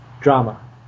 Drama